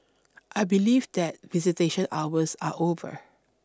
I believe that visitation hours are over